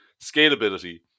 scalability